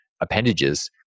appendages